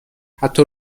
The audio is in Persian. حتی